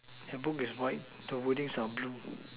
the book is white the wording are blue